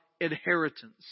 inheritance